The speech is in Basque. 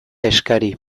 eskari